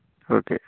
okay